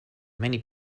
many